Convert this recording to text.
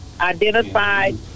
identified